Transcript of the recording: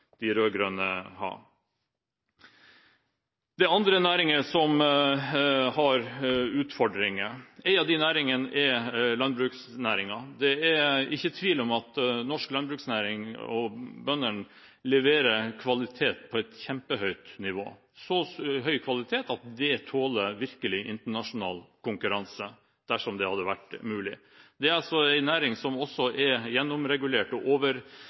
andre næringer som har utfordringer. En av disse næringene er landbruksnæringen. Det er ikke tvil om at norsk landbruksnæring og bøndene leverer kvalitet på et kjempehøyt nivå – så høy kvalitet at det virkelig tåler internasjonal konkurranse, dersom det hadde vært mulig. Det er en næring som også er gjennomregulert